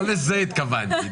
לא לזה התכוונתי.